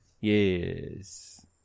yes